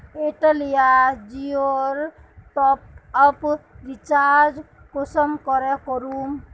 Airtel या जियोर top up recharge कुंसम करे करूम?